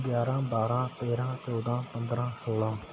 ਗਿਆਰਾਂ ਬਾਰਾਂ ਤੇਰਾਂ ਚੌਦਾਂ ਪੰਦਰਾਂ ਸੌਲਾਂ